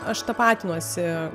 aš tapatinuosi